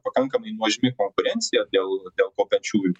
pakankamai nuožmi konkurencija dėl dėl ko pečių